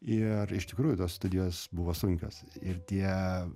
ir iš tikrųjų tos studijos buvo sunkios ir tie